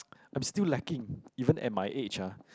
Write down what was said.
I'm still lacking even at my age ah